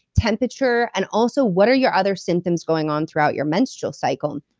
temperature, and also what are your other symptoms going on throughout your menstrual cycle?